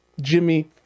jimmy